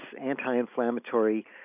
anti-inflammatory